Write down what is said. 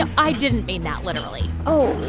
and i didn't mean that literally. oh,